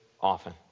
often